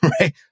Right